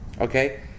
Okay